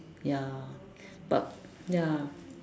ya but ya